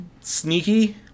sneaky